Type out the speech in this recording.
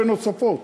ונוספות,